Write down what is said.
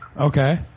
Okay